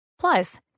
Plus